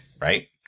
right